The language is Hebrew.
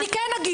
אני כן אגיב.